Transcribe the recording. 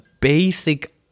basic